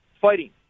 fighting